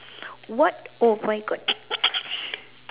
what oh my god